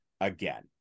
again